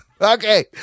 Okay